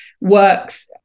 works